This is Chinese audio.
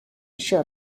设备